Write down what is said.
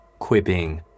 quipping